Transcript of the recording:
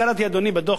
קראתי בדוח,